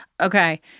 Okay